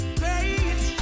great